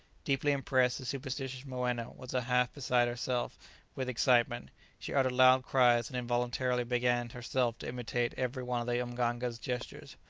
deeply impressed, the superstitious moena was half beside herself with excitement she uttered loud cries and involuntarily began herself to imitate every one of the mganga's gestures.